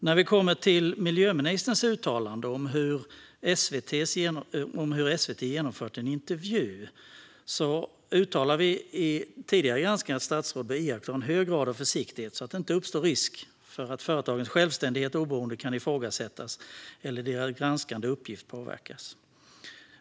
När det gäller miljöministerns uttalande om hur SVT genomfört en intervju har vi i tidigare granskningar uttalat att statsråd bör iaktta en hög grad av försiktighet så att det inte uppstår risk för att företagens självständighet och oberoende kan ifrågasättas eller deras granskande uppgift påverkas.